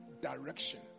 direction